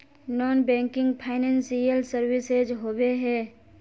Non banking financial services होबे है?